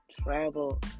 travel